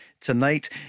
tonight